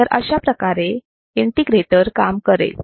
तर अशाप्रकारे इंटिग्रेटर काम करेल